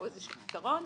או איזשהו פתרון.